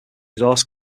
exhaust